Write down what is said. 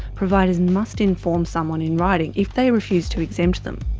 providers must inform someone in writing if they refuse to exempt them.